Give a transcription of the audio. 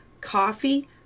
Coffee